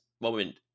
moment